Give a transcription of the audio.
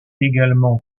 également